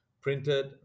printed